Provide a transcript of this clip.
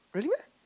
really meh